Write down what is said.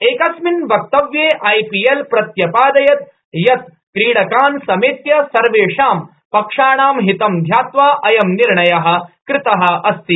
एकस्मिन वक्तव्ये आईपीएल प्रत्यपादयत यत क्रीडकान समेत्य सर्वेषां पक्षाणां हितं ध्यात्वा अयं निर्णय कृत अस्ति